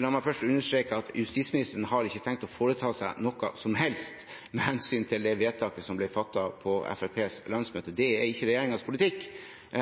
La meg først understreke at justisministeren ikke har tenkt å foreta seg noe som helst med hensyn til det vedtaket som ble fattet på Fremskrittspartiets landsmøte. Det er ikke regjeringens politikk,